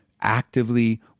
actively